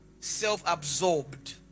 self-absorbed